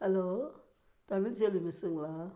hello Tamilselvi மெஸ்ஸுங்களா